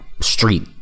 street